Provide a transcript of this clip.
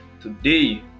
today